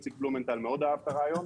איציק בלומנטל מאוד אהב את הרעיון,